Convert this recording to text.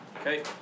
Okay